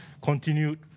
continued